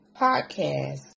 podcast